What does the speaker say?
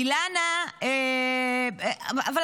עמיחי אליהו, שירת בצה"ל.